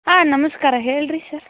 ಹಾಂ ನಮಸ್ಕಾರ ಹೇಳಿರಿ ಸರ್